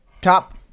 top